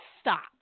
stop